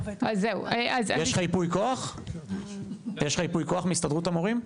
יש לך ייפוי כוח מהסתדרות המורים?